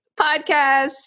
podcast